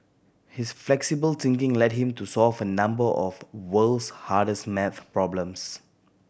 his flexible thinking led him to solve a number of world's hardest maths problems